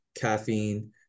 caffeine